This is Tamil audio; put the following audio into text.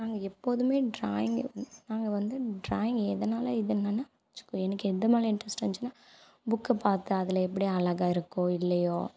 நாங்கள் எப்போதுமே ட்ராயிங்கு நாங்கள் வந்து ட்ராயிங் எதனால் இதுன்னன்னா வச்சுக்கோ எனக்கு எதுமேல் இன்ட்ரெஸ்ட் வந்துச்சுன்னா புக்கு பார்த்து அதில் எப்படி அழகாக இருக்கோ இல்லையோ